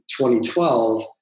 2012